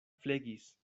flegis